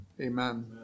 amen